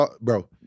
Bro